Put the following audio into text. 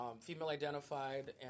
female-identified